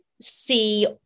see